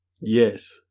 Yes